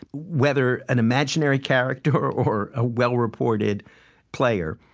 whether an imaginary character or or a well-reported player,